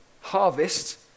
harvest